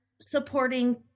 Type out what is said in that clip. supporting